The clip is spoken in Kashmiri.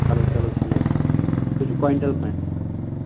چلو چلو ٹھیٖک سُہ چھُ کویِنٹَل کھنٛڈ